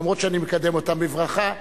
אף שאני מקדם אותם בברכה,